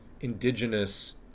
indigenous